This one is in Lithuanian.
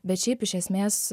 bet šiaip iš esmės